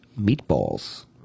meatballs